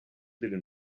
delle